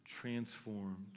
transformed